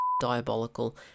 diabolical